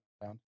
found